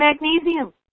magnesium